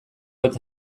eta